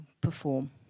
perform